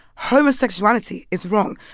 homosexuality is wrong.